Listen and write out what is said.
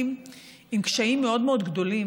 שמתמודדים עם קשיים מאוד מאוד גדולים,